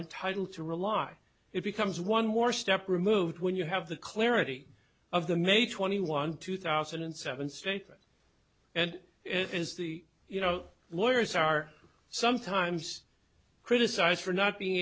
entitled to rely it becomes one more step removed when you have the clarity of the may twenty one two thousand and seven statement and it is the you know lawyers are sometimes criticized for not being